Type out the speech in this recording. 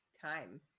time